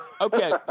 Okay